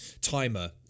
timer